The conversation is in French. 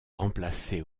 remplacé